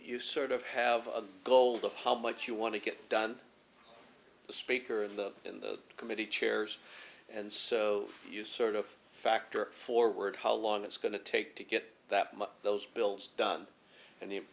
you sort of have a goal of how much you want to get done the speaker of the in the committee chairs and so you sort of factor forward how long it's going to take to get that those bills done and you